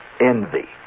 Envy